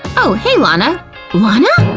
oh, hey, lana lana!